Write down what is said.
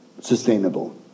sustainable